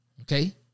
okay